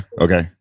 okay